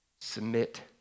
submit